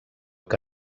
que